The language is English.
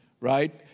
right